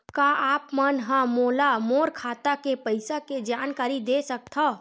का आप मन ह मोला मोर खाता के पईसा के जानकारी दे सकथव?